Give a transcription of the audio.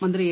മന്ത്രി എ